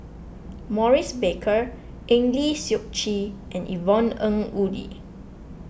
Maurice Baker Eng Lee Seok Chee and Yvonne Ng Uhde